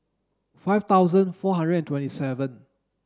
five thousand four hundred and twenty seven